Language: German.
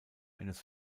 eines